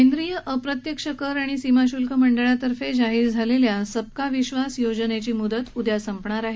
केंद्रीय अप्रत्यक्ष कर आणि सीमा शुल्क मंडळातर्फे जाहीर झालेल्या सबका विश्वास योजनेची मुदत उद्या संपणार आहे